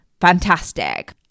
fantastic